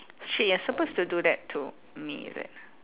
shit you're supposed to do that to me is it